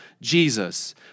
Jesus